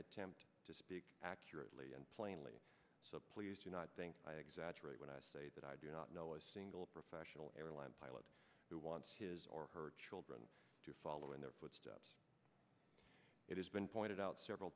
attempt to speak accurately and plainly so please do not think i exaggerate when i say that i do not know a single professional airline pilot who wants his or her children to follow in their footsteps it has been pointed out several